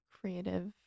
creative